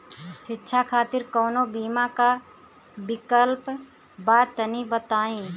शिक्षा खातिर कौनो बीमा क विक्लप बा तनि बताई?